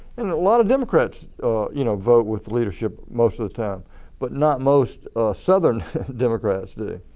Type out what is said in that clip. a lot of democrats you know vote with the leadership most of the time but not most southern democrats do.